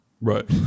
right